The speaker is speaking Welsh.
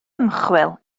ymchwil